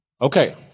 Okay